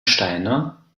steiner